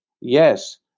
Yes